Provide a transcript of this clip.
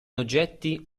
oggetti